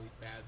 bad